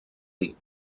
dir